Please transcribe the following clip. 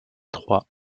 trois